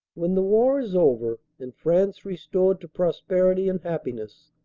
when the war is over and france restored to prosperity and happiness,